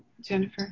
Jennifer